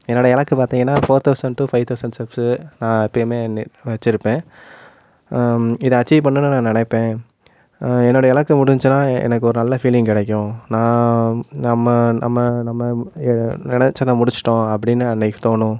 என்னோடய இலக்கு பார்த்தீங்கன்னா four thousand to five thousand steps நான் எப்பவுமே ந நான் வச்சிருப்பேன் இதை அச்சீவ் பண்ணணும்னு நான் நினைப்பேன் என்னோடைய இலக்கு முடிஞ்ச்சின்னால் எனக்கு ஒரு நல்ல ஃபீலிங் கிடைக்கும் நான் நம்ம நம்ம நம்ம நினச்சத முடிச்சிட்டோம் அப்படின்னு அன்னைக்கு தோணும்